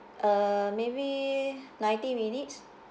uh maybe ninety minutes